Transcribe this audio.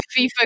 FIFA